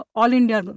all-India